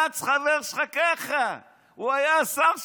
גנץ חבר שלך, ככה, הוא היה השר שלך.